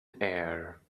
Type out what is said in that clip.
air